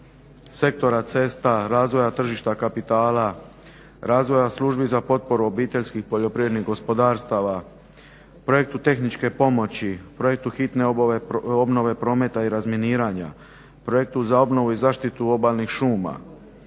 sektora cesta, razvoja tržišta kapitala, razvoja službi za potporu obiteljskih poljoprivrednih gospodarstava, projektu tehničke pomoći, projektu hitne obnove prometa i razminiranja, projektu za obnovu i zaštitu obalnih šuma,